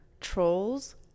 trolls